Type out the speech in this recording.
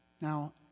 Now